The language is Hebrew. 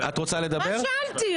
מה שאלתי?